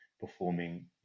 performing